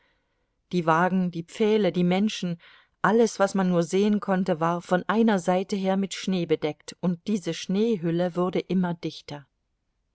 die wagen die pfähle die menschen alles was man nur sehen konnte war von einer seite her mit schnee bedeckt und diese schneehülle wurde immer dichter